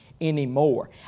anymore